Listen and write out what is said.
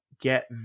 get